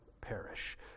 perish